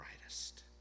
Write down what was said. brightest